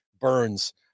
burns